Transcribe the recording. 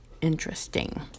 interesting